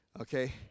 Okay